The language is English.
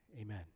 amen